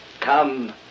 Come